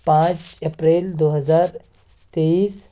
پانچ اپریل دو ہزار تیئیس